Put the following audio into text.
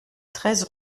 treize